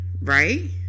right